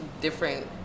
different